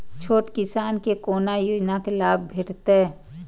छोट किसान के कोना योजना के लाभ भेटते?